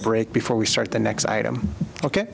break before we start the next item ok